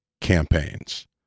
campaigns